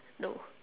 no